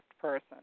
person